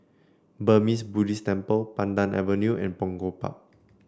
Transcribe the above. Burmese Buddhist Temple Pandan Avenue and Punggol Park